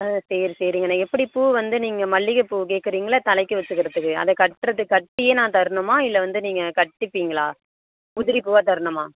ஆ சரி சரிங்கண்ணே எப்படி பூ வந்து நீங்கள் மல்லிகைப்பூ கேட்கறீங்கள்ல தலைக்கு வெச்சுக்கிறதுக்கு அதை கட்டுறது கட்டியே நான் தரணுமா இல்லை வந்து நீங்கள் கட்டிப்பீங்களா உதிரி பூவாக தரணுமா